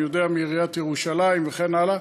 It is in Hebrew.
אני יודע מעיריית ירושלים וכן הלאה: